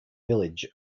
village